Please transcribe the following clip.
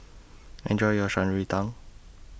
Enjoy your Shan Rui Tang